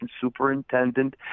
superintendent